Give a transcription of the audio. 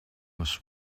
was